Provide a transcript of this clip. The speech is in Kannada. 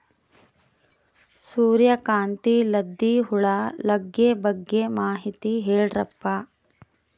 ಸೂರ್ಯಕಾಂತಿಗೆ ಲದ್ದಿ ಹುಳ ಲಗ್ಗೆ ಬಗ್ಗೆ ಮಾಹಿತಿ ಹೇಳರಪ್ಪ?